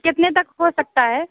कितने तक हो सकता है